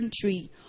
tree